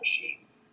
machines